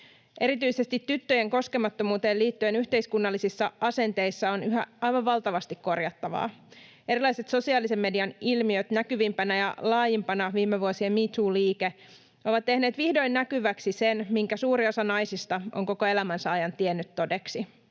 Erityisesti tyttöjen koskemattomuuteen liittyen yhteiskunnallisissa asenteissa on yhä aivan valtavasti korjattavaa. Erilaiset sosiaalisen median ilmiöt, näkyvimpänä ja laajimpana viime vuosien me too -liike, ovat tehneet vihdoin näkyväksi sen, minkä suuri osa naisista on koko elämänsä ajan tiennyt todeksi.